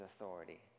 authority